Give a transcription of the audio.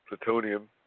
Plutonium